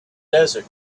desert